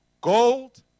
Gold